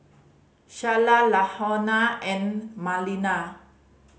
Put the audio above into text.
Shayla Lahoma and Malinda